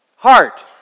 Heart